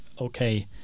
okay